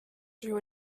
drew